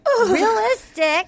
realistic